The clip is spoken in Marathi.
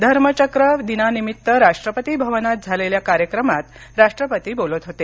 धर्मचक्र दिनानिमित्त राष्ट्रपती भवनात झालेल्या कार्यक्रमात राष्ट्रपती बोलत होते